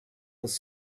was